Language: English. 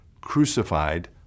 crucified